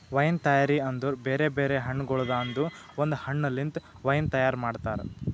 wine ತೈಯಾರಿ ಅಂದುರ್ ಬೇರೆ ಬೇರೆ ಹಣ್ಣಗೊಳ್ದಾಂದು ಒಂದ್ ಹಣ್ಣ ಲಿಂತ್ ವೈನ್ ತೈಯಾರ್ ಮಾಡ್ತಾರ್